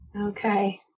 Okay